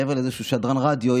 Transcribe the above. מעבר לזה שהוא שדרן רדיו,